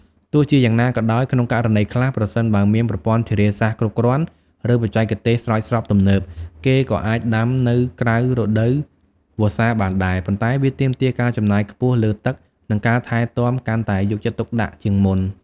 ទោះជាយ៉ាងណាក៏ដោយ ក្នុងករណីខ្លះ ប្រសិនបើមានប្រព័ន្ធធារាសាស្រ្តគ្រប់គ្រាន់ ឬបច្ចេកទេសស្រោចស្រពទំនើប គេក៏អាចដាំនៅក្រៅរដូវវស្សាបានដែរ ប៉ុន្តែវាទាមទារការចំណាយខ្ពស់លើទឹក និងការថែទាំកាន់តែយកចិត្តទុកដាក់ជាងមុន។